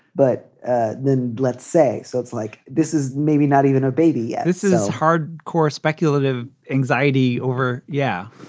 but then let's say. so it's like this is maybe not even a baby yeah this is a hard core speculative anxiety over. yeah.